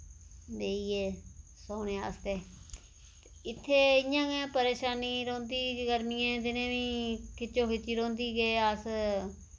ते इ'यै सोने आस्तै इत्थै इ'यां गै परेशानी रौंह्दी गर्मियें दिनें बी खिच्चो खिच्ची रौंह्दी कि अस